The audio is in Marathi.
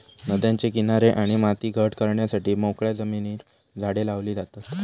नद्यांचे किनारे आणि माती घट करण्यासाठी मोकळ्या जमिनीर झाडे लावली जातत